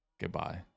Goodbye